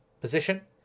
position